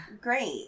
great